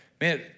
man